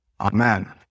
Amen